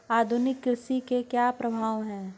आधुनिक कृषि के क्या प्रभाव हैं?